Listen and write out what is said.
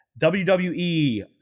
WWE